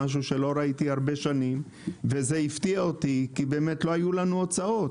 משהו שלא ראיתי הרבה שנים וזה הפתיע אותי כי לא היו לנו הוצאות.